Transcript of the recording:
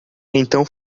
então